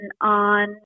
on